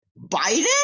Biden